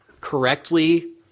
correctly